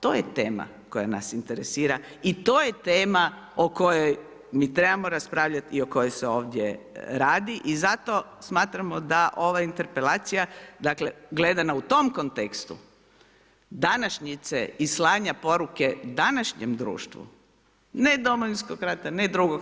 To je tema koja nas interesira i to je tema o kojoj mi trebamo raspravljat i o kojoj se ovdje radi i zato smatramo da ova interpelacija, dakle, gledana u tom kontekstu, današnjice i slanja poruke današnjem društvu, ne Domovinskog rata, ne II.